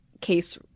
case